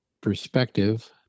perspective